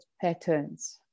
patterns